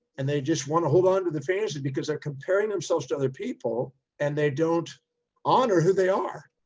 and they just want to hold onto the fantasy because they're comparing themselves to other people and they don't honor who they are.